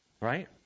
right